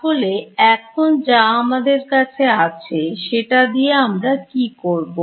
তাহলে এখন যা আমাদের কাছে আছে সেটা দিয়ে আমরা কি করব